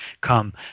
come